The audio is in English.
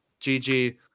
gg